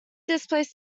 placed